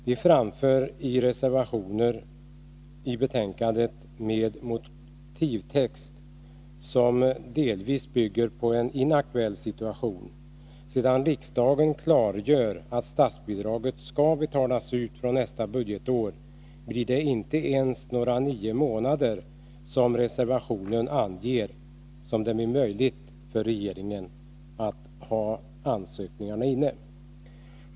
De framför i reservationer till betänkandet en motivtext, som delvis bygger på en inaktuell situation. Sedan riksdagen har klargjort att statsbidraget skall utbetalas fr.o.m. nästa budgetår, blir det inte ens fråga om de nio månader som anges i reservationen, utan det blir möjligt för regeringen att ha en ännu kortare handläggningstid.